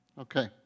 Okay